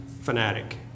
fanatic